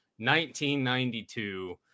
1992